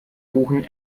buchen